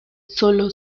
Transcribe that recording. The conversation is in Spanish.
solo